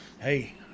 Hey